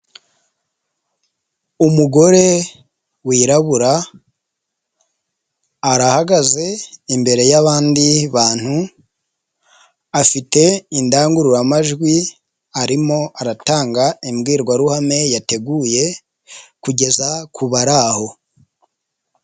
Umugore wirabura, arahagaze imbere y'abandi bantu, afite indangururamajwi arimo aratanga imbwirwaruhame yateguye kugeza ku bari aho.